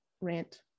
rant